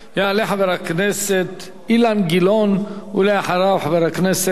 יעלה חבר הכנסת אילן גילאון, ואחריו, חבר הכנסת